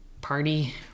party